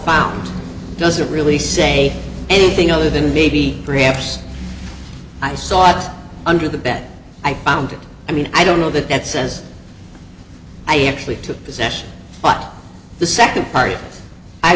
found doesn't really say anything other than maybe perhaps i sought under the bed i found it i mean i don't know that that says i actually took possession but the second part i